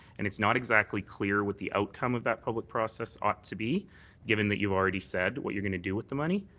and it's not exactly clear what the outcome of that public process ought to be given that you already said what you're going to do with the money.